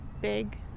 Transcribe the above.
big